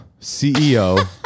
CEO